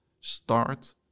start